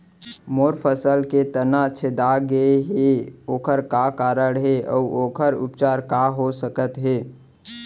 मोर फसल के तना छेदा गेहे ओखर का कारण हे अऊ ओखर उपचार का हो सकत हे?